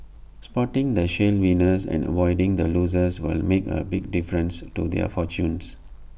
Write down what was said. spotting the shale winners and avoiding the losers will make A big difference to their fortunes